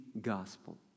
gospel